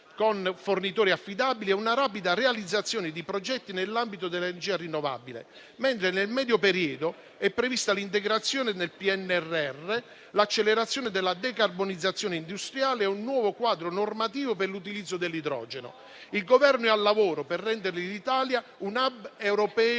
con fornitori affidabili e una rapida realizzazione di progetti nell'ambito dell'energia rinnovabile, mentre nel medio periodo sono previsti l'integrazione nel PNRR, l'accelerazione della decarbonizzazione industriale e un nuovo quadro normativo per l'utilizzo dell'idrogeno. Il Governo è al lavoro per rendere l'Italia un *hub* europeo